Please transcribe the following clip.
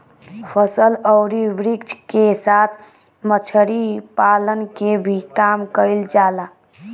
फसल अउरी वृक्ष के साथ मछरी पालन के भी काम कईल जाला